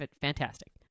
fantastic